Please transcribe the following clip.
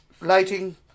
lighting